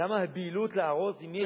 למה הבהילות להרוס אם יש,